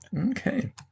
Okay